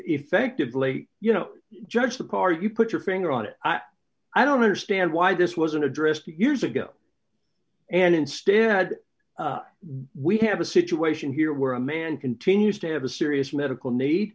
effectively you know judge the car you put your finger on it i don't understand why this wasn't addressed years ago and instead we have a situation here where a man continues to have a serious medical need